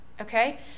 okay